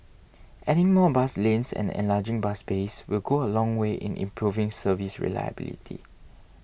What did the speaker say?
adding more bus lanes and enlarging bus bays will go a long way in improving service reliability